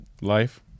Life